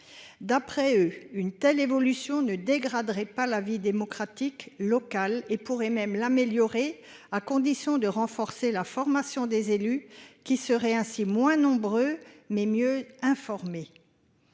D'après eux, une telle évolution ne dégraderait pas la vie démocratique locale. Elle pourrait même l'améliorer, à condition que l'on renforce la formation des élus ; ces derniers seraient certes moins nombreux, mais mieux armés.